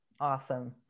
Awesome